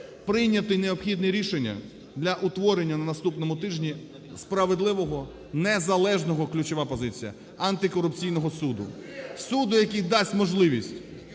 прийняти необхідне рішення для утворення на наступному тижні справедливого, незалежного – ключова позиція! – Антикорупційного суду. Суду, який дасть можливість